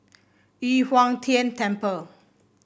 Yu Huang Tian Temple